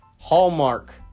Hallmark